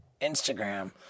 Instagram